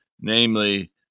namely